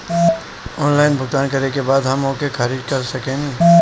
Online भुगतान करे के बाद हम ओके खारिज कर सकेनि?